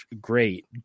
great